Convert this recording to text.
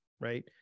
right